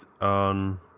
on